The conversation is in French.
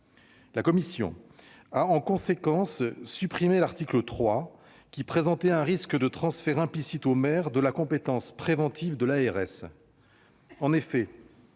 la commission a supprimé l'article 3, qui présentait un risque de transfert implicite au maire de la compétence préventive de l'ARS.